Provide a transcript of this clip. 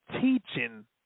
teaching